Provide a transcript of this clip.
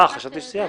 אה, חשבתי שסיימת.